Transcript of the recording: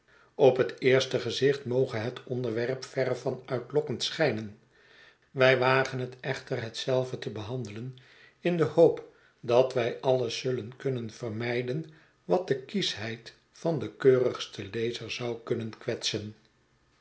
op het eerste gezicht moge het onderwerp verre van uitlokkend schijnen wij wagen het echter hetzelve te behandelen in de hoop dat wij alles zullen jkunnen vermijden watdekieschheid van den keurigsten lezer zou kunnen kwetsen